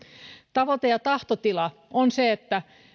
tavoite ja tahtotila on se että